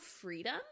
freedom